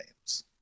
names